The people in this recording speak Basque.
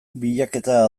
bilaketa